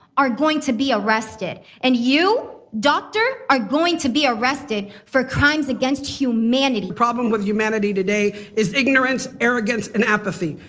are going to be arrested and you doctor are going to be arrested for crimes against humanity, the problem with humanity today is ignorance, arrogance, and apathy.